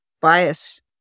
bias